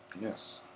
Yes